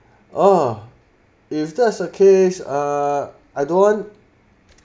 oh if there's a case uh I don't want